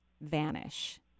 vanish